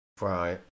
Right